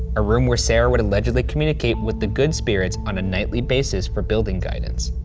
a room where sarah would allegedly communicate with the good spirits on a nightly basis for building guidance.